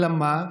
אלא מה,